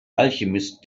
alchemist